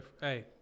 Hey